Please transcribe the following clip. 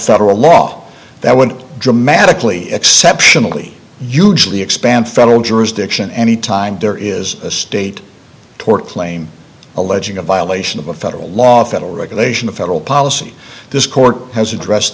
federal law that would dramatically exceptionally usually expand federal jurisdiction any time there is a state tort claim alleging a violation of a federal law federal regulation of federal policy this court has addressed